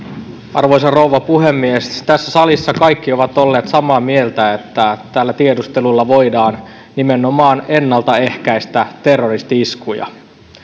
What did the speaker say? arvoisa rouva puhemies tässä salissa kaikki ovat olleet samaa mieltä että tiedustelulla voidaan nimenomaan ennaltaehkäistä terroristi iskuja